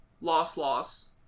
Loss-loss